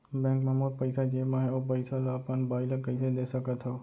Bank म मोर पइसा जेमा हे, ओ पइसा ला अपन बाई ला कइसे दे सकत हव?